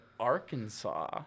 Arkansas